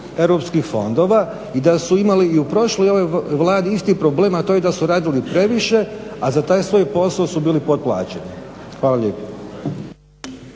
europskih fondova i da su imali i u prošloj i u ovoj Vladi isti problem, a to je da su radili previše, a za taj svoj posao su bili potplaćeni. Hvala lijepo.